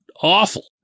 awful